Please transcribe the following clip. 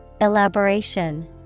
Elaboration